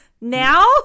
now